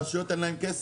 הרשויות אין להן כסף,